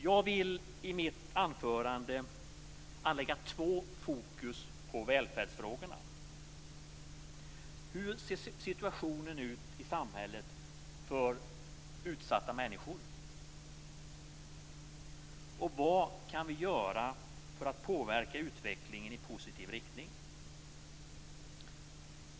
Jag vill i mitt anförande anlägga två fokus på välfärdsfrågorna: Hur ser situationen ut i samhället för utsatta människor? Och vad kan vi göra för att påverka utvecklingen i positiv riktning?